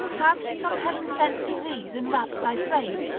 has some heaven-sent disease enwrapt thy frame,